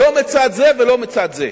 לא מצד זה ולא מצד זה.